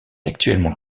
actuellement